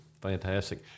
fantastic